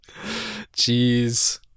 Jeez